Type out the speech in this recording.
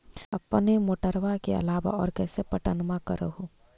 अपने मोटरबा के अलाबा और कैसे पट्टनमा कर हू?